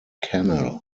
canal